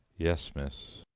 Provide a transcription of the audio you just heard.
yes, miss.